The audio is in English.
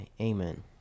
amen